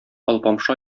алпамша